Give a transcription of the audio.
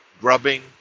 grubbing